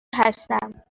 هستم